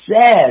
says